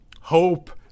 hope